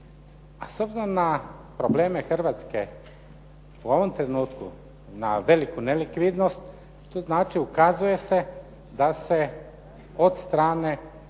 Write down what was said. A s obzirom na probleme Hrvatske u ovom trenutku na veliku nelikvidnost, to znači ukazuje se da se od strane